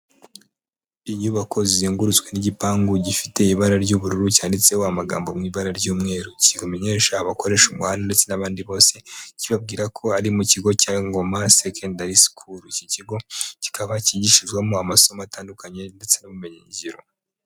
Inyubako zizengurutswe n'igipangu gifite ibara ry'ubururu cyanditseho amagambo mu ibara ry'umweru. Kimenyesha abakoresha umuhanda ndetse n'abandi bose kibabwira ko ari mu kigo cya Ngoma secondary school. Iki kigo kikaba kigishirizwamo amasomo atandukanye ndetse n'ubumenyi ngiro.